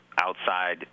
outside